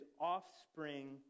offspring